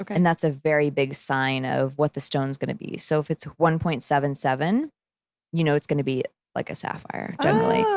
and that's a very big sign of what the stone's going to be. so, if it's one point seven seven you know it's going to be like a sapphire, generally.